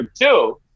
two